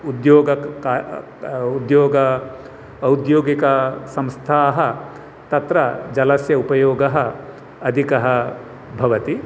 उद्योग का उद्योग औद्योगिकसंस्थाः तत्र जलस्य उपयोगः अधिकः भवति